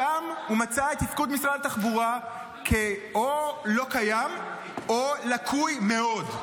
שם הוא מצא את תפקוד משרד התחבורה כלא קיים או לקוי מאוד.